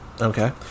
Okay